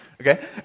Okay